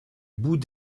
bout